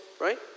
right